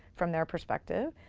from their perspective,